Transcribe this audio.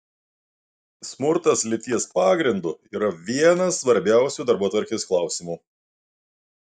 smurtas lyties pagrindu yra vienas svarbiausių darbotvarkės klausimų